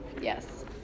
Yes